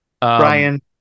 Brian